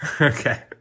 Okay